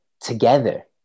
together